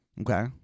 Okay